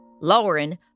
Lauren